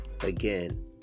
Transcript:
Again